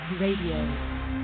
Radio